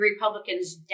Republicans